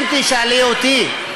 אם תשאלי אותי,